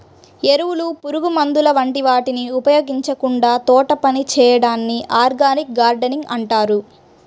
ఎరువులు, పురుగుమందుల వంటి వాటిని ఉపయోగించకుండా తోటపని చేయడాన్ని ఆర్గానిక్ గార్డెనింగ్ అంటారు